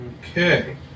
Okay